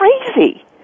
crazy